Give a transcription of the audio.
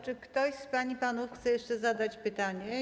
Czy ktoś z pań i panów chce jeszcze zadać pytanie?